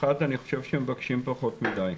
אחד אני חושב שמבקשים פחות מדי.